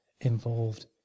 involved